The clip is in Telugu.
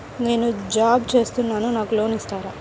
నేను జాబ్ చేస్తున్నాను నాకు లోన్ ఇస్తారా?